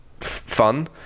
fun